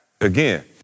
again